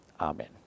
Amen